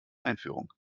einführung